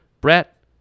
Brett